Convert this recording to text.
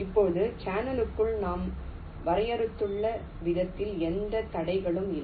இப்போது சேனலுக்குள் நாம் வரையறுத்துள்ள விதத்தில் எந்த தடைகளும் இல்லை